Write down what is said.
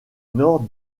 nord